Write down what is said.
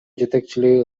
жетекчилиги